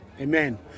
Amen